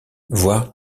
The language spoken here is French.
voir